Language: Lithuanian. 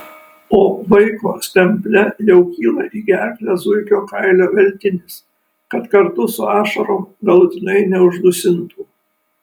o vaiko stemple jau kyla į gerklę zuikio kailio veltinis kad kartu su ašarom galutinai neuždusintų